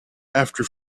after